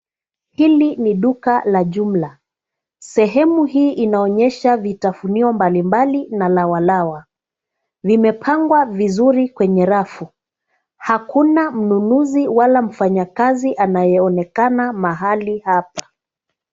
Hili ni duka la jumla. Sehemu hii inaonyesha vitavunio mbalimbali na lawalawa. Vimepangwa vizuri kwenye rafu. Hakuna mnunuzi wala mfanyakazi anayeonekana mahali hapa.